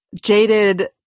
jaded